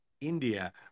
India